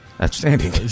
Outstanding